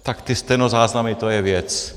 Tak ty stenozáznamy, to je věc!